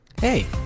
hey